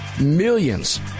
millions